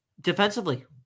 defensively